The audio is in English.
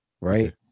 right